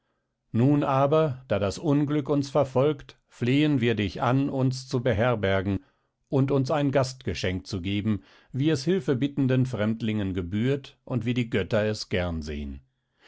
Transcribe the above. nun aber da das unglück uns verfolgt flehen wir dich an uns zu beherbergen und uns ein gastgeschenk zu geben wie es hilfebittenden fremdlingen gebührt und wie die götter es gern sehen